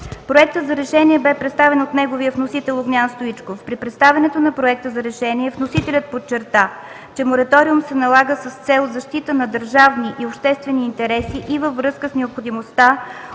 Проектът за решение бе представен от неговия вносител Огнян Стоичков. При представянето на проекта за решение вносителят подчерта, че мораториум се налага с цел защитата на държавни и обществени интереси и във връзка с необходимостта